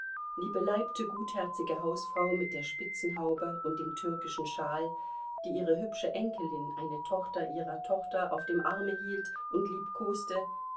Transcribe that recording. die beleibte gutherzige hausfrau mit der spitzenhaube und dem türkischen schal die ihre hübsche enkelin eine tochter ihrer tochter auf dem arme hielt und